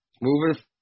Moving